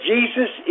Jesus